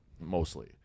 mostly